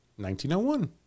1901